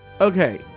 Okay